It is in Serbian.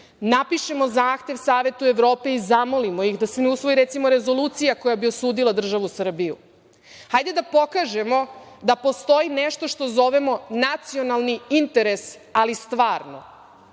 napišu zahtev Savetu Evrope i zamolimo ih da se, recimo, ne usvoji rezolucija koja bi osudila državu Srbiju. Hajde da pokažemo da postoji nešto što zovemo nacionalni interes, ali stvarno,